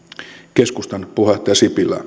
keskustan puheenjohtaja sipilää